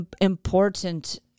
important